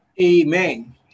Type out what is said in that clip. Amen